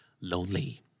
Lonely